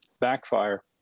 backfire